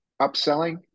upselling